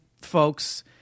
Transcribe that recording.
folks